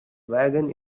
wagon